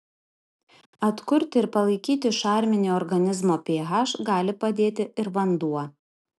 atkurti ir palaikyti šarminį organizmo ph gali padėti ir vanduo